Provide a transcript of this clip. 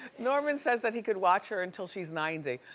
norman says that he could watch her until she's ninety.